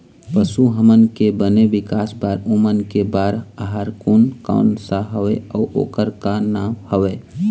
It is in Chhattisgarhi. पशु हमन के बने विकास बार ओमन के बार आहार कोन कौन सा हवे अऊ ओकर का नाम हवे?